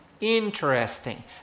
Interesting